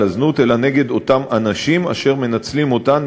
הזנות אלא נגד אותם אנשים אשר מנצלים אותן,